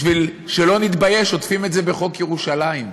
בשביל שלא נתבייש, עוטפים את זה בחוק ירושלים,